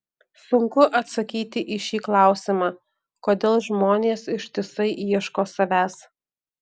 sunku atsakyti į šį klausimą kodėl žmonės ištisai ieško savęs